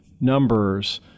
numbers